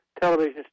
television